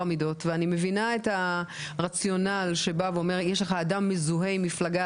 המידות ואני מביאה את הרציונל שבא ואומר יש לך אדם מזוהה עם מפלגה,